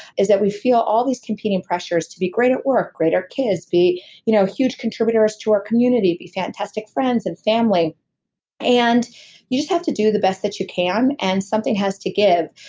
is that we feel all these competing pressures to be great at work, great at kids, be you know huge contributors to our community. be fantastic friends and family and you just have to do the best that you can and something has to give.